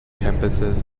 campuses